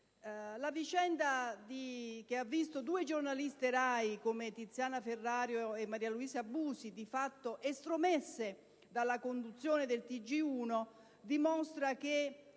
La vicenda che ha visto due giornaliste RAI come Tiziana Ferrario e Maria Luisa Busi di fatto estromesse dalla conduzione del TG1 dimostra che